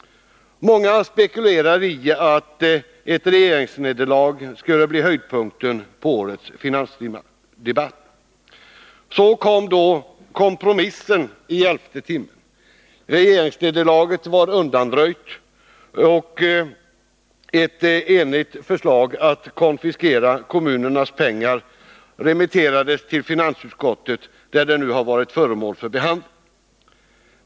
Många spekulerade i att ett regeringsnederlag skulle bli höjdpunkten på årets finansdebatt. Så kom kompromissen i elfte timmen. Regeringsnederlaget var undanröjt och ett enigt förslag om att konfiskera kommunernas pengar remitterades till finansutskottet, där det nu har varit föremål för behandling.